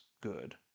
good